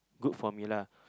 good for me lah